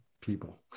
people